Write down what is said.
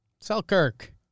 Selkirk